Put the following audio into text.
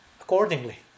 accordingly